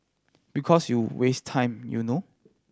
because you waste time you know